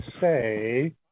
say